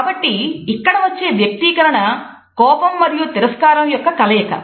కాబట్టి ఇక్కడ వచ్చే వ్యక్తీకరణ కోపం మరియు తిరస్కారం యొక్క కలయిక